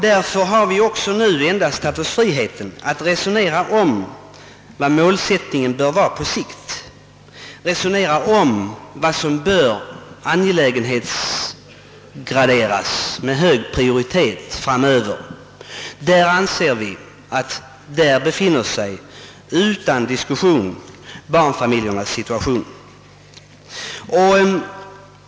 Därför har vi nu tagit oss friheten att resonera om vad som bör angelägenhetsgraderas med hög prioritet framöver. Vi anser att det inte behövs någon diskussion om att barnfamiljernas situation hör dit.